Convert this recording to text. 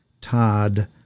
Todd